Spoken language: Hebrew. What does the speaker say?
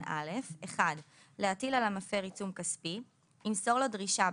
(א) - להטיל על המפר עיצום כספי ימסור לו דרישה,